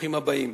ברוכים הבאים.